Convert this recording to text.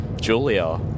Julia